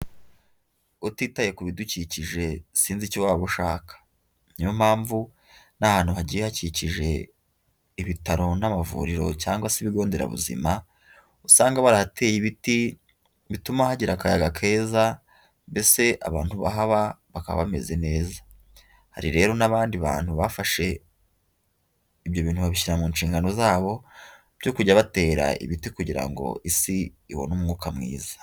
Utitaye ku bidukikije sinzi icyo waba ushaka. Niyo mpamvu n'ahantu hagiye hakikije ibitaro n'amavuriro cyangwa se ibigo nderabuzima, usanga barahateye ibiti bituma hagira akayaga keza, mbese abantu bahaba bakaba bameze neza. Hari rero n'abandi bantu bafashe ibyo bintu babishyira mu nshingano zabo byo kujya batera ibiti kugira ngo isi ibone umwuka mwiza.